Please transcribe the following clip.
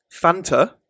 Fanta